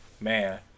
man